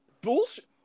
bullshit